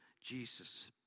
Jesus